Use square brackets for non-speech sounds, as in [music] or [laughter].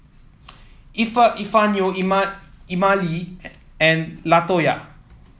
Epifanio [unintelligible] Emmalee and Latoya